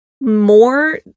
more